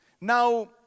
Now